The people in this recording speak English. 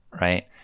Right